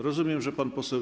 Rozumiem, że pan poseł.